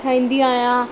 ठाहींदी आहियां